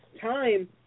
time